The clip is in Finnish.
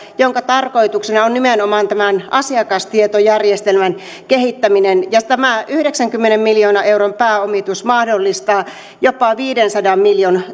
jonka tarkoituksena on nimenomaan tämän asiakastietojärjestelmän kehittäminen ja tämä yhdeksänkymmenen miljoonan euron pääomitus mahdollistaa jopa viidensadan miljoonan